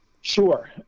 Sure